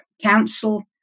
council